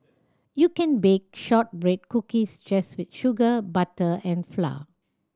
you can bake shortbread cookies just with sugar butter and flour